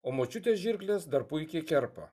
o močiutės žirklės dar puikiai kerpa